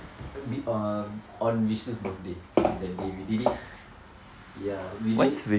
uh on vishnu birthday that day we did it ya we did it